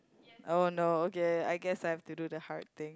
oh no okay I guess I have to do the hard thing